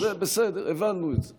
זה בסדר, הבנו את זה.